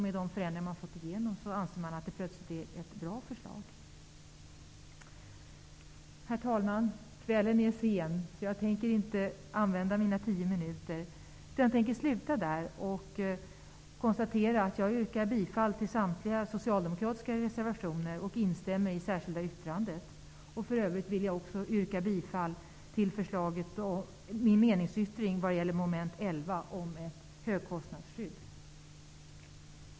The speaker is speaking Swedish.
Med de förändringar som man har fått igenom anser man plötsligt att det är ett bra förslag. Herr talman!